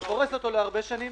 ואתה פורס אותו להרבה שנים.